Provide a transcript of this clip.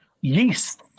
yeast